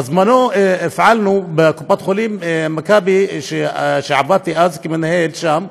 בזמנו, בקופת חולים מכבי, כשעבדתי אז כמנהל שם,